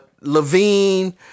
Levine